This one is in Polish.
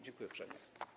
Dziękuję uprzejmie.